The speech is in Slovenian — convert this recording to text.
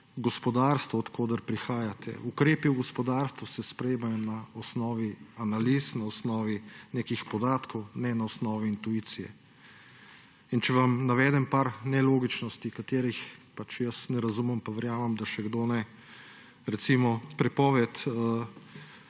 gospodarstvo, od koder prihajate. Ukrepi v gospodarstvu se sprejemajo na osnovi analiz, na osnovi nekih podatkov, ne na osnovi intuicije. Če vam navedem nekaj nelogičnosti, ki jih jaz ne razumem, pa verjamem, da še kdo ne. Recimo prepoved